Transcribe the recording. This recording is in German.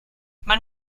man